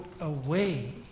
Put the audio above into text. away